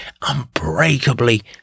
unbreakably